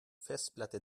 festplatte